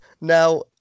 Now